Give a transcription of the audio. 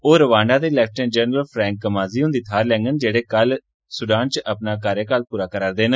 ओह् रवांडा दे lieutenant general Frank Kamanzi हुंदी थाह्र लैंगन जेह्ड़े कल सूडान च कार्यकाल पूरा करा करदे न